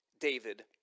David